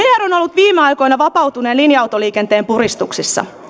vr on ollut viime aikoina vapautuneen linja autoliikenteen puristuksissa